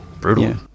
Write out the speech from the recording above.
brutal